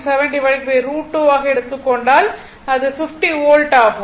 7 √2 ஆக எடுத்துக் கொண்டால் அது 50 வோல்ட் ஆகும்